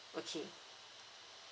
okay